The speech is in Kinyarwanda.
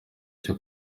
cyo